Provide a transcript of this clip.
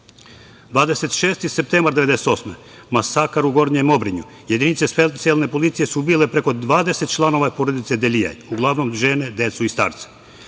26. septembar 1998. godine – masakr u Gornjem Obrinju, jedinice specijalne policije su ubile preko 20 članova porodice Deljija, uglavnom žene, decu i starce;